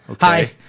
Hi